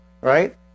right